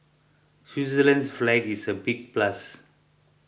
Switzerland's flag is a big plus